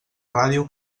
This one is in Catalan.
ràdio